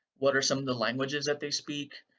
what are some of the languages that they speak?